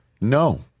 No